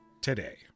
today